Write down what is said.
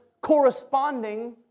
corresponding